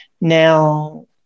Now